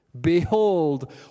Behold